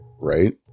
Right